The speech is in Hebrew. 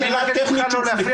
סליחה, אני מבקש ממך לא להפריע.